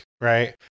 right